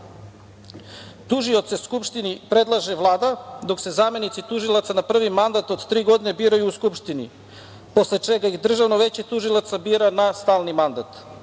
Tužioce Skupštini predlaže Vlada, dok se zamenici tužilaca na prvi mandat od tri godine biraju u Skupštini posle ih Državno veće tužilaca bira na stalni mandat.